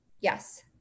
yes